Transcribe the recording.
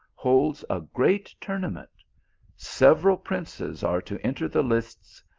holds a great tournament several princes are to enter the lists,